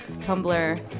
Tumblr